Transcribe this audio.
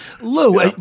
Lou